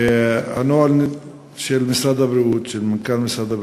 הנוהל של משרד הבריאות, של מנכ"ל משרד הבריאות,